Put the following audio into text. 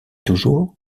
toujours